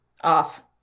off